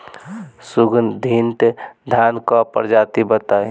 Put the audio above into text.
सुगन्धित धान क प्रजाति बताई?